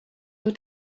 your